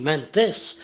meant this.